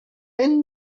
and